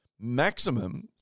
Maximum